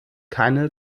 keine